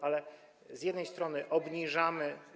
Ale z jednej strony obniżamy.